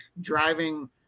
driving